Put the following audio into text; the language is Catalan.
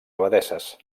abadesses